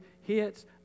hits